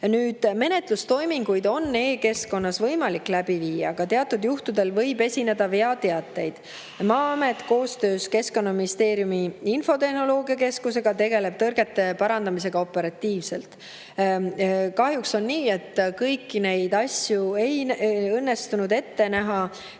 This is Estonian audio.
Menetlustoiminguid on e-keskkonnas võimalik läbi viia, aga teatud juhtudel võib esineda veateateid. Maa-amet tegeleb koostöös Keskkonnaministeeriumi infotehnoloogiakeskusega tõrgete parandamisega operatiivselt. Kahjuks on nii, et kõiki neid asju ei õnnestunud ette näha